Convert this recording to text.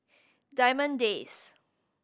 Diamond Days